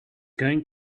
going